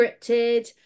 scripted